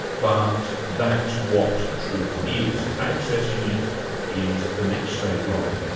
but that's what truth is. accessing it is the next stage on.